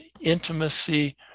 intimacy